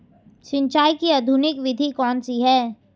सिंचाई की आधुनिक विधि कौनसी हैं?